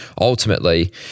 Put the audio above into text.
ultimately